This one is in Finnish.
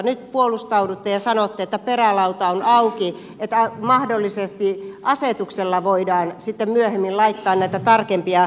nyt puolustaudutte ja sanotte että perälauta on auki että mahdollisesti asetuksella voidaan sitten myöhemmin laittaa näitä tarkempia säädöksiä